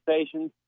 stations